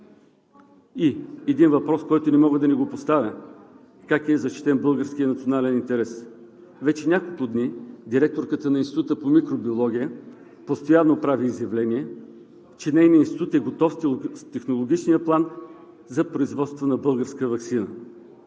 И един въпрос, който не мога да не го поставя: как е защитен българският национален интерес? Вече няколко дни директорката на Института по микробиология постоянно прави изявления, че нейният институт е готов с технологичния план за производство на българска ваксина.